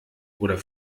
oder